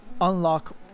unlock